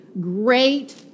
great